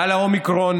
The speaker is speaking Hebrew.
גל האומיקרון